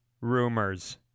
Rumors